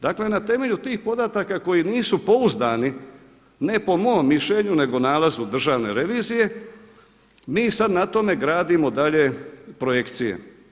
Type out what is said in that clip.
Dakle na temelju tih podataka koji nisu pouzdani ne po mom mišljenju nego po nalazu Državne revizije mi sada na tome gradimo dalje projekcije.